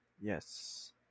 Yes